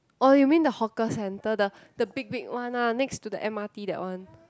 oh you mean the hawker centre the the big big one ah next to the M_R_T that one